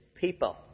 people